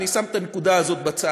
אני שם את הנקודה הזאת בצד.